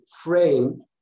frame